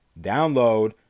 Download